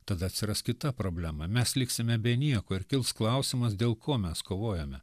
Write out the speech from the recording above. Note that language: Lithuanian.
tada atsiras kita problema mes liksime be nieko ir kils klausimas dėl ko mes kovojome